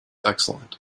excellent